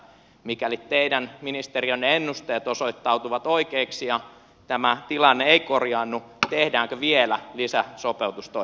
mikäli teidän ministeriönne ennusteet osoittautuvat oikeiksi ja tämä tilanne ei korjaannu tehdäänkö vielä lisäsopeutustoimia